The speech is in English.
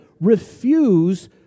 refuse